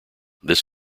this